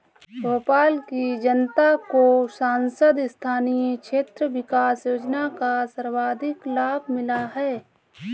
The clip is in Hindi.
भोपाल की जनता को सांसद स्थानीय क्षेत्र विकास योजना का सर्वाधिक लाभ मिला है